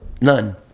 None